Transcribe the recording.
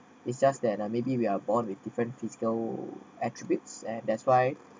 it's just that ah maybe we are born with different physical attributes and that's why